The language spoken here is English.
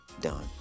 done